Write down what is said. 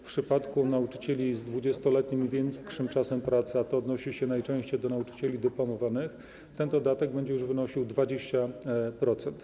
W przypadku nauczycieli z 20-letnim i dłuższym czasem pracy, a to odnosi się najczęściej do nauczycieli dyplomowanych, ten dodatek będzie już wynosił 20%.